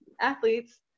athletes